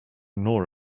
nor